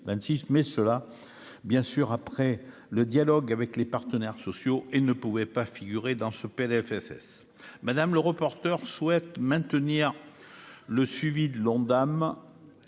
mais cela bien sûr après le dialogue avec les partenaires. Sociaux et ne pouvait pas figurer dans ce Plfss madame le reporteur souhaite maintenir. Le suivi de l'Ondam